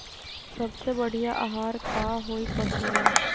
सबसे बढ़िया आहार का होई पशु ला?